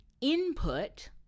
input